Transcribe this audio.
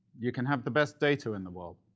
you can have the best data in the world,